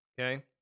Okay